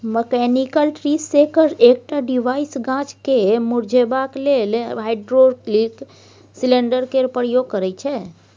mechanical tree shaker एकटा device गाछ केँ मुरझेबाक लेल हाइड्रोलिक सिलेंडर केर प्रयोग करय छै